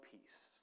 peace